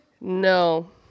No